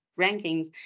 rankings